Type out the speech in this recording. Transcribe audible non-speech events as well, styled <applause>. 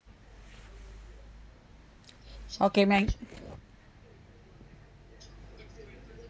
<noise> okay mang